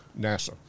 NASA